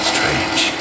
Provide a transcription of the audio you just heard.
Strange